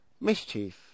mischief